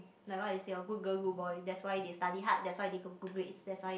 like what you say lor good girl good boy that's why they study hard that's why they get good grades that's why